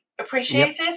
appreciated